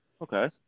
Okay